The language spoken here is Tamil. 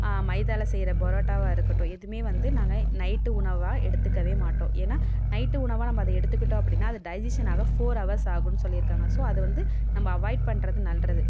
மைதாவில் செய்கிற பொரோட்டாவாக இருக்கட்டும் எதுமே வந்து நாங்கள் நைட்டு உணவாக எடுத்துக்கவே மாட்டோம் ஏன்னால் நைட்டு உணவாக நம்ப அதை எடுத்துக்கிட்டோம் அப்படின்னா அது டைஜிஷன் ஆக ஃபோர் ஹவர்ஸ் ஆகுன் சொல்லிருக்காங்க ஸோ அதை வந்து நம்ப அவாய்ட் பண்றது நல்லது